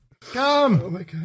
Come